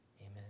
Amen